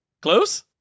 Close